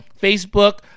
Facebook